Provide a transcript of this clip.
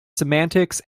semantics